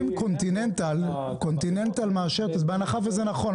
אם continental מאשרת בהנחה וזה נכון,